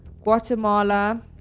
Guatemala